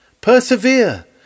Persevere